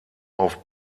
auf